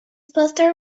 poster